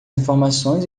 informações